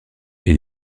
est